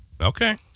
Okay